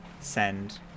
send